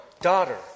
daughter